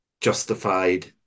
justified